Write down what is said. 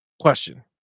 question